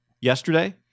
yesterday